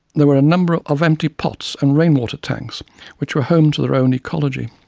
there were a number of empty pots and rain water tanks which were home to their own ecology.